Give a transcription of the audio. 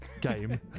game